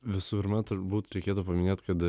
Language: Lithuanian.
visų pirma turbūt reikėtų paminėt kad